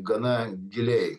gana giliai